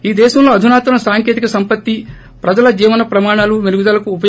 ఈ దేశంలో అధునాతన సాంకేతిక సంపత్తి ప్రజల జీవన ప్రమాణాలు మొబ్బంది